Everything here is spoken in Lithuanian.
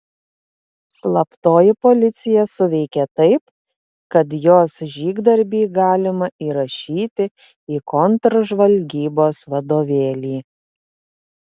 slaptoji policija suveikė taip kad jos žygdarbį galima įrašyti į kontržvalgybos vadovėlį